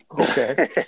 Okay